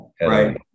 Right